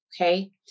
okay